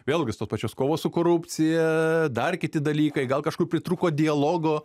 vėlgi su tos pačios kovos su korupcija dar kiti dalykai gal kažkur pritrūko dialogo